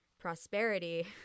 prosperity